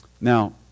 Now